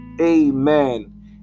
amen